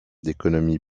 d’économie